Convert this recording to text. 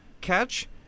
catch